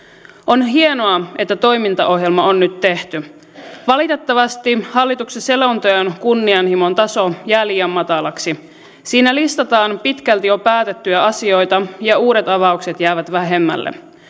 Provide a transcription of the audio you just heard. on hienoa että toimintaohjelma on nyt tehty valitettavasti hallituksen selonteon kunnianhimon taso jää liian matalaksi siinä listataan pitkälti jo päätettyjä asioita ja uudet avaukset jäävät vähemmälle